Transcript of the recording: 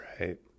Right